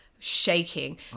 shaking